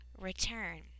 return